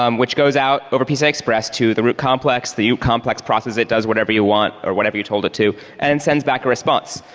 um which goes out over pci express to the root complex, the root complex processes it, does whatever you want or whatever you told it to and sends back a response.